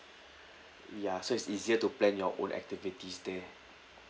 ya so it's easier to plan your own activities there